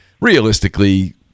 realistically